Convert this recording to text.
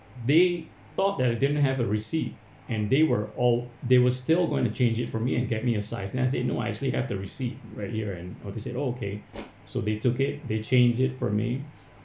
they thought that I didn't have a receipt and they were all they were still going to change it for me and get me a size then I said no I actually have the receipt right here and oh they said oh okay so they took it they change it for me